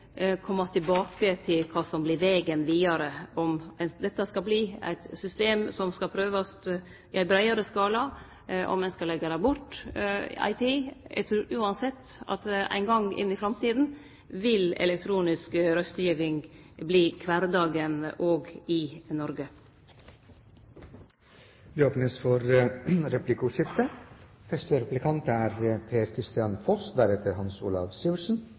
tilbake til kva som vert vegen vidare, om dette skal verte eit system som skal prøvast i ein breiare skala, eller om ein skal leggje det bort ei tid. Eg trur uansett at ein gong i framtida vil elektronisk røystegiving verte kvardagen òg i Noreg. Det åpnes for replikkordskifte. Første replikant er